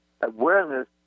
awareness